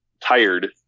tired